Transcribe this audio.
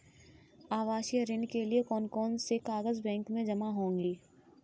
आवासीय ऋण के लिए कौन कौन से कागज बैंक में जमा होंगे?